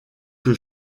que